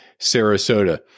Sarasota